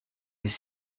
les